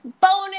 bonus